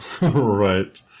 Right